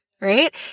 right